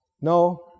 No